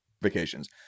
vacations